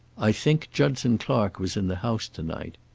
i think judson clark was in the house to-night.